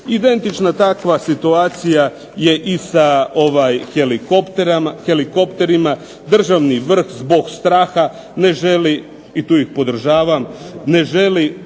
Identična takva situacija je i sa helikopterima. Državni vrh zbog straha i tu ih podržavam, ne želi